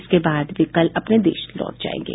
इसके बाद वे कल अपने देश लौट जाएंगे